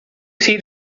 see